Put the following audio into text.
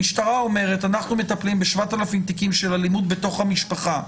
המשטרה אומרת שאנחנו מטפלים ב-7,000 תיקים של אלימות בתוך המשפחה.